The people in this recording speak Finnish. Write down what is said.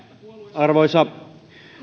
arvoisa